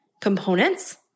components